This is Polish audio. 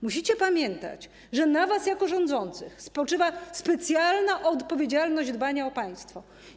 Musicie pamiętać, że na was jako rządzących spoczywa specjalna odpowiedzialność dbania o państwo.